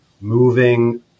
moving